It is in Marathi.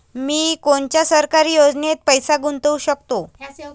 मी कोनच्या सरकारी योजनेत पैसा गुतवू शकतो?